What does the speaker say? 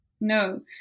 No